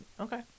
Okay